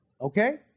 Okay